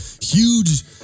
huge